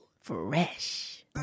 Fresh